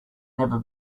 never